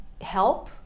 help